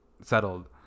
settled